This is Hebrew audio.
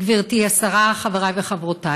גברתי השרה, חבריי וחברותיי,